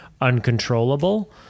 uncontrollable